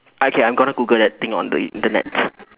okay I'm gonna Google that thing on the Internet